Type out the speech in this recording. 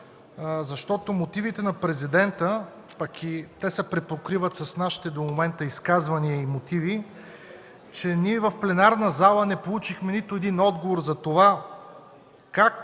защото мотивите на Президента, пък и те се препокриват с нашите изказвания до момента и мотиви, че ние в пленарната зала не получихме нито един отговор затова как